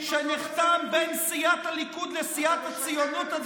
אתם עשיתם את זה.